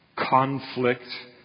conflict